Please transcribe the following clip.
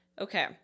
Okay